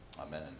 Amen